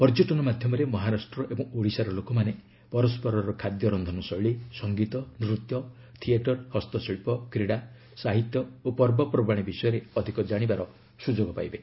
ପର୍ଯ୍ୟଟନ ମାଧ୍ୟମରେ ମହାରାଷ୍ଟ୍ର ଏବଂ ଓଡ଼ିଶାର ଲୋକମାନେ ପରସ୍କରର ଖାଦ୍ୟ ରନ୍ଧନ ଶୈଳୀ ସଙ୍ଗୀତ ନୃତ୍ୟ ଥିଏଟର ହସ୍ତଶିଳ୍ପ କ୍ରୀଡ଼ା ସାହିତ୍ୟ ଓ ପର୍ବପର୍ବାଣୀ ବିଷୟରେ ଅଧିକ ଜାଣିବାର ସୁଯୋଗ ପାଇବେ